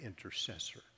intercessor